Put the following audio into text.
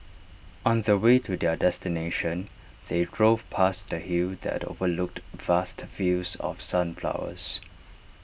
on the way to their destination they drove past A hill that overlooked vast fields of sunflowers